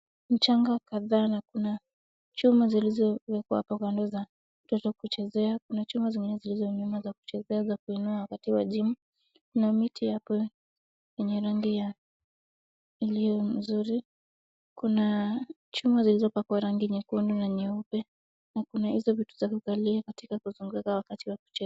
Mchanga kadhaa na kuna chuma zilizowekwa hapa kando za watoto kuchezea. Kuna chuma zingine zilizo nyuma za kuchezea za kuinua wakati wa gym . Kuna miti hapo yenye rangi ya iliyo nzuri. Kuna chuma zilizopakwa rangi nyekundu na nyeupe na kuna hizo vitu za kukalia katika kuzunguka wakati wa kucheza.